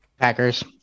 Packers